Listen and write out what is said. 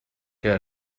que